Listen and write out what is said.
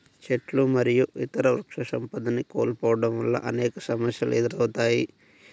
చెట్లు మరియు ఇతర వృక్షసంపదని కోల్పోవడం వల్ల అనేక సమస్యలు ఎదురవుతాయి